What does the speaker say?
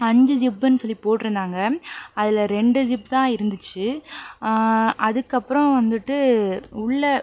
அஞ்சு ஜிப்புன்னு சொல்லிப் போட்டுருந்தாங்க அதில் ரெண்டு ஜிப்தான் இருந்துச்சு அதுக்கப்புறம் வந்துட்டு உள்ள